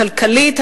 הכלכלית,